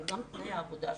הוא גם תנאי העבודה שלו.